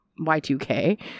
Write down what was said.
Y2K